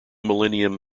millennium